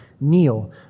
kneel